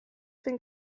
been